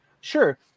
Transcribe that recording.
Sure